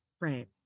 Right